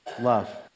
love